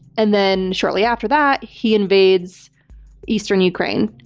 and then, shortly after that, he invades eastern ukraine.